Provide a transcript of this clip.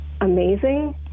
amazing